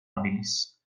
habilis